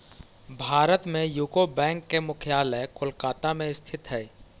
भारत में यूको बैंक के मुख्यालय कोलकाता में स्थित हइ